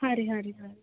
ಹಾಂ ರೀ ಹಾಂ ರೀ ಹಾಂ ರೀ